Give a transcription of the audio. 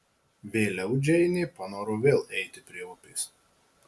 vėliau džeinė panoro vėl eiti prie upės